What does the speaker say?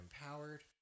empowered